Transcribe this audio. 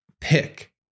pick